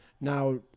now